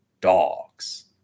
dogs